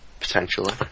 Potentially